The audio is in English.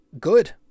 Good